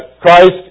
Christ